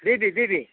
beef beef